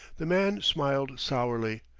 the man smiled sourly,